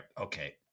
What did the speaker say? Okay